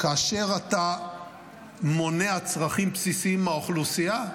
שכאשר אתה מונע צרכים בסיסיים מהאוכלוסייה,